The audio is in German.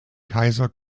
kaiser